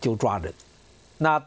do not